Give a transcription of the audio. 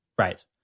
Right